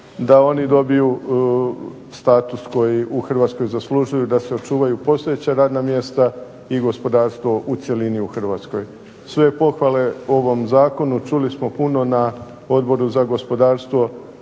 da oni dobiju status koji u Hrvatskoj zaslužuju, da se sačuvaju postojeća radna mjesta i gospodarstvo u cjelini u Hrvatskoj. Sve pohvale ovom zakonu, čuli smo puno na Odboru za gospodarstvo